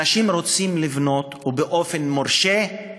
אנשים רוצים לבנות, ובאופן מורשה,